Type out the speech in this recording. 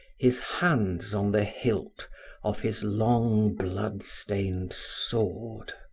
his hands on the hilt of his long, blood-stained sword.